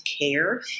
care